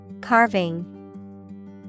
Carving